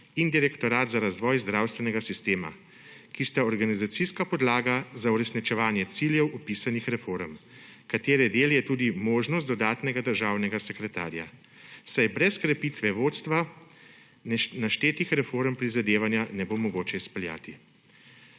in Direktorat za razvoj zdravstvenega sistema, ki sta organizacijska podlaga za uresničevanje ciljev opisanih reform, katere del je tudi možnost dodatnega državnega sekretarja, saj brez krepitve vodstva naštetih reform prizadevanja ne bo mogoče izpeljati.